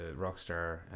rockstar